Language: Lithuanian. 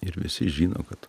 ir visi žino kad